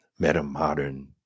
metamodern